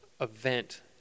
event